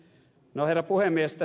herra puhemies